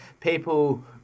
people